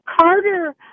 Carter